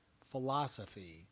philosophy